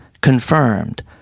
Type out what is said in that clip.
confirmed